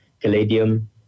caladium